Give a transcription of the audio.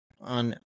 on